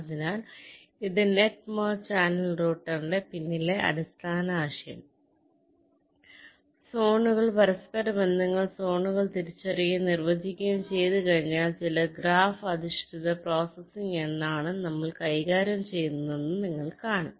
അതിനാൽ ഇത് net merge channel റൂട്ടറിന്റെ പിന്നിലെ അടിസ്ഥാന ആശയം സോണുകൾ പരസ്പരം ബന്ധങ്ങൾ സോണുകൾ തിരിച്ചറിയുകയും നിർവചിക്കുകയും ചെയ്തുകഴിഞ്ഞാൽ ചില ഗ്രാഫ് അധിഷ്ഠിത പ്രോസസ്സിംഗ് എന്നാണ് നമ്മൾ കൈകാര്യം ചെയ്യുന്നതെന്ന് ഞങ്ങൾ കാണും